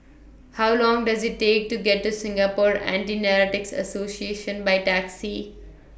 How Long Does IT Take to get to Singapore Anti Narcotics Association By Taxi